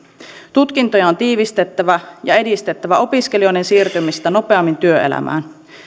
tutkintoja on tiivistettävä ja on edistettävä opiskelijoiden siirtymistä nopeammin työelämään